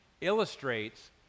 illustrates